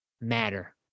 matter